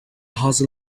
hustle